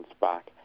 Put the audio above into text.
back